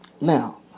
Now